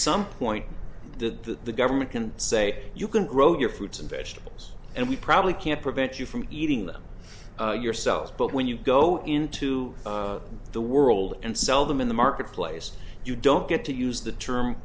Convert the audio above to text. some point the government can say you can grow your fruits and vegetables and we probably can't prevent you from eating them yourselves but when you go into the world and sell them in the marketplace you don't get to use the term